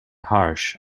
harsh